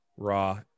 raw